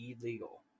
illegal